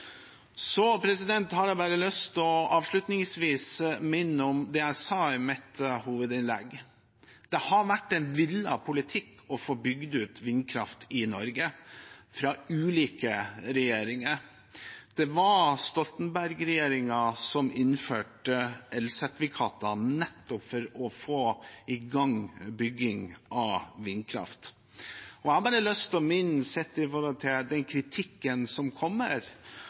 har jeg avslutningsvis lyst til å minne om det jeg sa i mitt hovedinnlegg. Det har vært en villet politikk å få bygget ut vindkraft i Norge, fra ulike regjeringer. Det var Stoltenberg-regjeringen som innførte elsertifikatene, nettopp for å få i gang bygging av vindkraft. Og sett opp mot den kritikken som kommer, har jeg lyst til å minne om at både Frøya og Haram, som